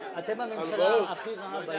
אפשר לברך על המוגמר?